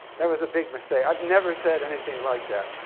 that was a big mistake. i've never said anything like that.